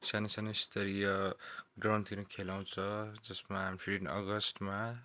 सानो सानो स्तरीय ग्राउन्डतिर खेलाउँछ जसमा फिफ्टिन अगस्टमा